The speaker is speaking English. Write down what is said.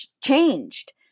changed